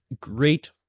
great